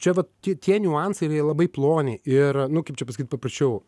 čia vat tie tie niuansai ir jie labai ploni ir nu kaip čia pasakyt paprasčiau